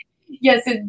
Yes